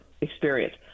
experience